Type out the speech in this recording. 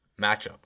matchup